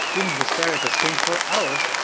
even if you stare at the screen for hours,